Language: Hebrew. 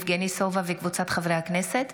יבגני סובה וקבוצת חברי הכנסת.